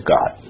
God